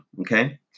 okay